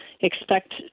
expect